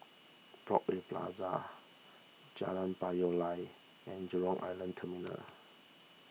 Broadway Plaza Jalan Payoh Lai and Jurong Island Terminal